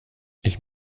ich